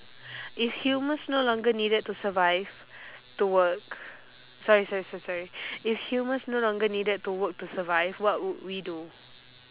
if humans no longer needed to survive to work sorry sorry sorry sorry if humans no longer needed to work to survive what would we do